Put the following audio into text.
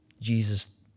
Jesus